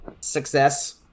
success